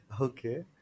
okay